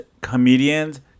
comedians